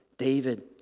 David